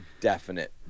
definite